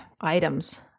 items